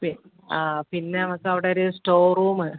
P ആ പിന്നെ നമുക്ക് അവിടെ ഒരു സ്റ്റോർ റൂം